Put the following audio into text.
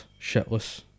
shitless